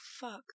fuck